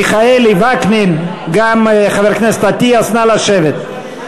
מיכאלי, וקנין, גם חבר הכנסת אטיאס, נא לשבת.